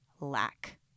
lack